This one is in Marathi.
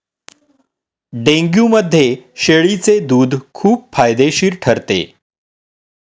डेंग्यूमध्ये शेळीचे दूध खूप फायदेशीर ठरते